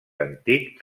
antic